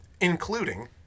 Including